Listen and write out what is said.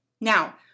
Now